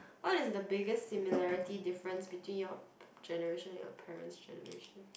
what is the biggest similarity difference between your generation your parent's generation